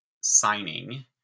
signing